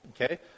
okay